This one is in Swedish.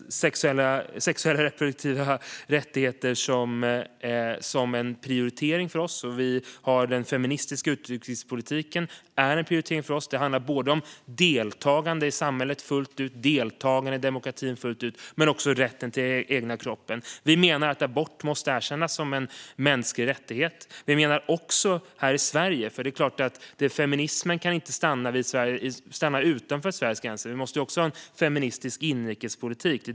Sexuella och reproduktiva rättigheter är en prioritering för oss. Och den feministiska utrikespolitiken är en prioritering för oss. Det handlar om deltagande i samhället och demokratin fullt ut men också om rätten till den egna kroppen. Vi menar att abort måste erkännas som en mänsklig rättighet. Feminismen kan såklart inte stanna utanför Sveriges gränser. Vi måste också ha en feministisk inrikespolitik.